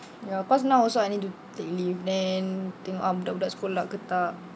ya cause now also I need to take leave then tengok budak-budak sekolah ke tak